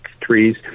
trees